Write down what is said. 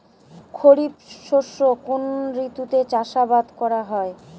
খরিফ শস্য কোন ঋতুতে চাষাবাদ করা হয়?